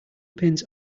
pins